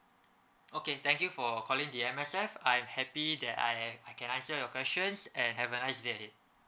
okay thank you for calling the M_S_F I'm happy that I I can answer your questions and have a nice day ahead